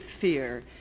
fear